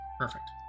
Perfect